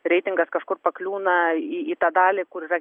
reitingas kažkur pakliūna į į tą dalį kur yra